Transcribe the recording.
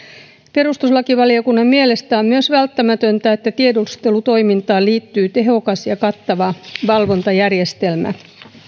perustuslakivaliokunnan mielestä on myös välttämätöntä että tiedustelutoimintaan liittyy tehokas ja kattava valvontajärjestelmä